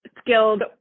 skilled